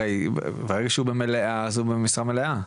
הרי ברגע שהוא במלאה אז הוא במשרה מלאה.